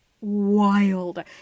wild